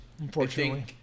unfortunately